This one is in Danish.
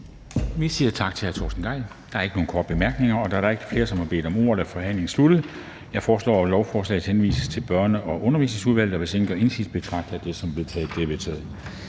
Vi siger tak til hr. Torsten Gejl. Der er ikke nogen korte bemærkninger. Da der ikke er flere, som har bedt om ordet, er forhandlingen sluttet. Jeg foreslår, at forslaget henvises til Børne- og Undervisningsudvalget. Hvis ingen gør indsigelse, betragter jeg det som vedtaget. Det er vedtaget.